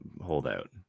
holdout